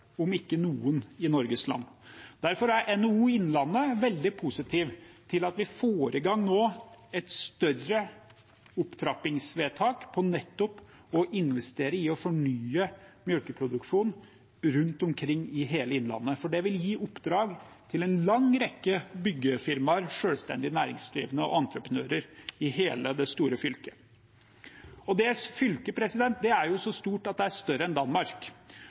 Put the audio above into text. om noen, i Norges land. Derfor er NHO Innlandet veldig positiv til at vi nå får i gang et større opptrappingsvedtak på nettopp å investere i og fornye melkeproduksjonen rundt omkring i hele Innlandet, for det vil gi oppdrag til en lang rekke byggefirmaer, selvstendig næringsdrivende og entreprenører i hele det store fylket. Det fylket er så stort at det er større enn Danmark.